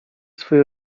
swój